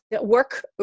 work